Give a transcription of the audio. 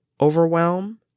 overwhelm